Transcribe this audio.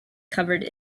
covered